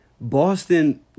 Boston